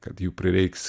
kad jų prireiks